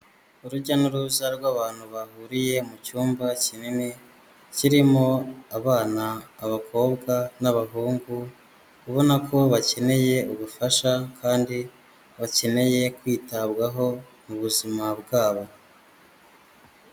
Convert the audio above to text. Urujya n'uruza rw'abantu bahuriye mu cyumba kinini, kirimo abana, abakobwa, n'abahungu, ubona ko bakeneye ubufasha, kandi bakeneye kwitabwaho mu buzima bwabo.